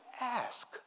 ask